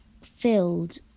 filled